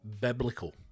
biblical